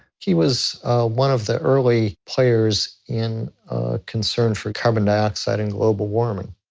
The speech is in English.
he was one of the early players in a concern for carbon dioxide and global warming.